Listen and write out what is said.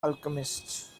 alchemist